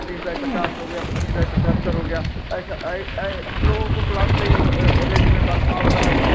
पचीस बाई पचास हो गया पच्चीस बाई पछत्तर हो गया ऐसा अइ अइ हम लोगों को प्लॉट रेंज में काटना होता है